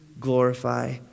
glorify